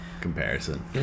comparison